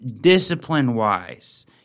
discipline-wise